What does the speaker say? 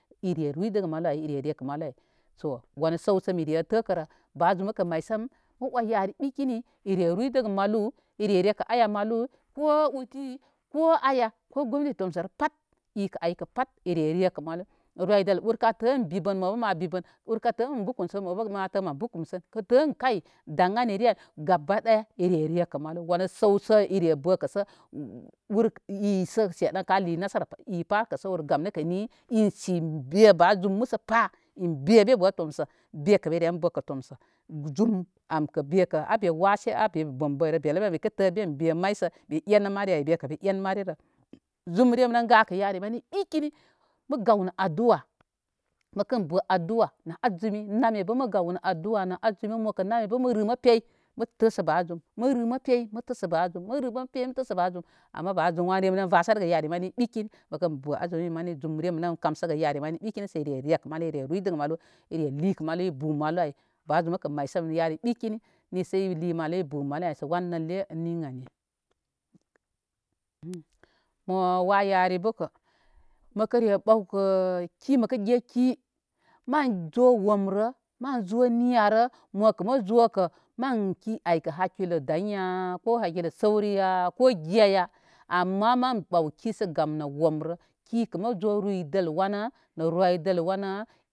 Ire ruydəgə maw ay ire re kə maway wanu səwsə mi re təkərə ba zum nəkə may sən mə oy yari ɓikini ire ruydəgə maw ire rekə aya maw ko udi ko aya ko gomnati tumsərə pat ikə aykə pat ire rekə malu roydəl urka tə in bibən mo bə ma bibən. Urka tə ən bukumsə mo bə matə ma bukumsən kə tə ən kay dan anire ay gabaɗay ire rekə malu wanə səwsə ire bəkə gə ur i sə seɗan ka li nasara ipa kə səwrə gam nəkə ni in si be be ba zum məsəpa in be bə tomsə bekə beren bəkə tomsə bekə beren bəkə tomsə zum am kə a be wase abe bomboyrə bellema mikə tə ən be may sə be en mari ay bekə be en marirə zum remren gakə yari mani ɓikini mə gaw nə aduwa məkən bə aduwa nə azumi namya bə mə gawnə aduwa nə azumi mo kə namya bə mə rə mə pey mə sə ba zum mərə mə pey mə təsə ba zum mərə məpey mə təsə ba zum ama ba zum wan remə vasə nəgə yarimani ɓikini məkən bə azumi məni zum rem ren kamsəgə yari mani ɓi kini sə ire rekə malu ire rundəgə malu ire likə malu ire bukə malu ay ba zum bə kə may səm yari ɓikini nisə ili malu ibu malu ay sə wan nəlle ni ən ani mowa yari bəkə məkə re bəwkə ki məkə ge ki mən zo womrə mən zo miya rə mokə mə zo kə man ki aykə hakilo daŋ ya ko hakilo səwrəya ko giya ya ama maŋ ɓaw ki sə gamnə womrə ki kə mə zo ruydəl wan nə roydəl wana.